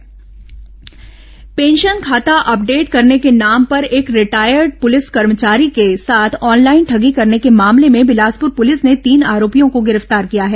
ठगी आरोपी गिरफ्तार पेंशन खाता अपडेट करने के नाम पर एक रिटायर्ड पुलिस कर्मचारी के साथ ऑनलाइन ठगी करने के मामले में बिलासपूर पूलिस ने तीन आरोपियों को गिरफ्तार किया है